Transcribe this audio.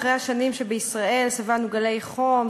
אחרי השנים שסבלנו בישראל גלי חום,